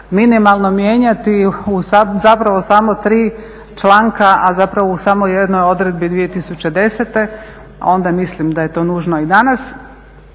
minimalno mijenjati, zapravo samo tri članka, a zapravo u samoj jednoj odredbi 2010.onda mislim da je to nužno i danas.